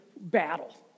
battle